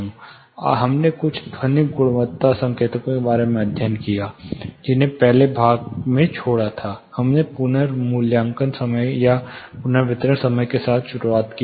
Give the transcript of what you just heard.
हमने कुछ ध्वनिक गुणवत्ता संकेतकों के बारे में अध्ययन किया जिन्हें हमने पिछले भाग में छोड़ा था हमने पुनर्वितरण समय के साथ शुरुआत की